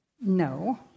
No